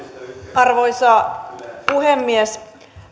arvoisa puhemies